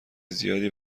زیادی